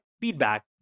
feedback